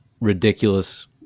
ridiculous